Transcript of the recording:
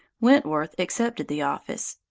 wentworth accepted the office.